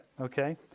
okay